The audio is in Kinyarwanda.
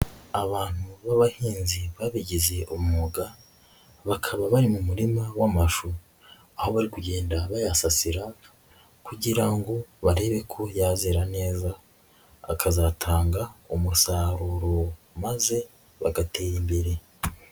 Abantu b'abahinzi babigize umwuga bakaba bari mu murima w'amashu, aho bari kugenda bayasasira kugira ngo barebe ko yazera neza akazatanga umusaruro maze bagatera imbere.